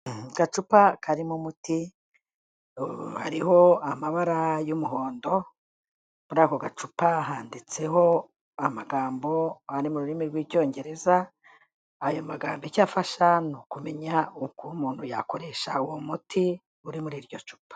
Agacupa karimo umuti hariho amabara y'umuhondo, muri ako gacupa handitseho amagambo ari mu rurimi rw'icyongereza, ayo magambo icya afasha ni ukumenya uko umuntu yakoresha uwo muti uri muri iryo cupa.